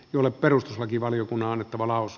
juna perustuslakivaliokunnan että maalaus